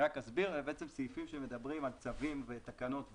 סעיפים שמדברים על צווים ותקנות והוראות.